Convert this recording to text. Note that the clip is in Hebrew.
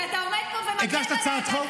כי אתה עומד פה ומגן על --- הגשת הצעת חוק?